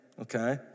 okay